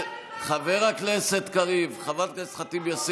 ולסטודנטים שלנו שלומדים בירדן,